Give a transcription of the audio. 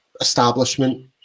establishment